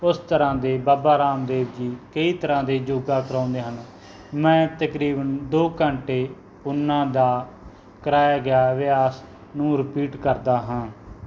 ਉਸ ਤਰ੍ਹਾਂ ਦੇ ਬਾਬਾ ਰਾਮਦੇਵ ਜੀ ਕਈ ਤਰ੍ਹਾਂ ਦੇ ਯੋਗਾ ਕਰਾਉਂਦੇ ਹਨ ਮੈਂ ਤਕਰੀਬਨ ਦੋ ਘੰਟੇ ਉਹਨਾਂ ਦਾ ਕਰਾਇਆ ਗਿਆ ਅਭਿਆਸ ਨੂੰ ਰਿਪੀਟ ਕਰਦਾ ਹਾਂ